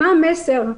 מה המסר,